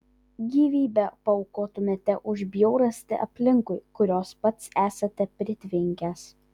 gyvybę paaukotumėte už bjaurastį aplinkui kurios pats esate pritvinkęs